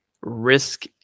risk